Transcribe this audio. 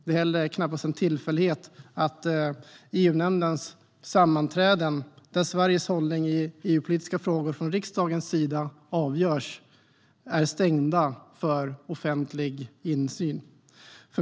Det är heller knappast en tillfällighet att EU-nämndens sammanträden, där Sveriges hållning i EU-politiska frågor från riksdagens sida avgörs, är stängda för offentlig insyn.